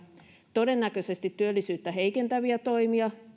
todennäköisesti työllisyyttä heikentäviä toimia